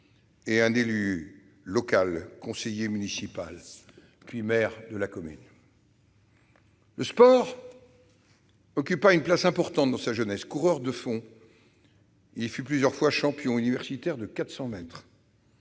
et un élu local, conseiller municipal, puis maire de la commune. Le sport occupa une place importante dans sa jeunesse. Coureur de fond, il fut plusieurs fois champion universitaire de 400 mètres.